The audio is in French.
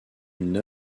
une